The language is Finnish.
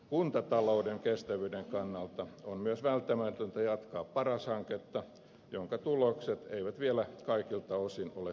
kuntatalouden kestävyyden kannalta on myös välttämätöntä jatkaa paras hanketta jonka tulokset eivät vielä kaikilta osin ole tyydyttäviä